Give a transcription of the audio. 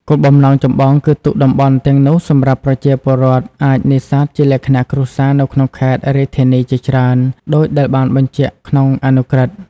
គោលបំណងចម្បងគឺទុកតំបន់ទាំងនោះសម្រាប់ប្រជាពលរដ្ឋអាចនេសាទជាលក្ខណៈគ្រួសារនៅក្នុងខេត្ត-រាជធានីជាច្រើនដូចដែលបានបញ្ជាក់ក្នុងអនុក្រឹត្យ។